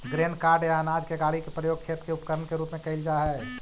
grain cart या अनाज के गाड़ी के प्रयोग खेत के उपकरण के रूप में कईल जा हई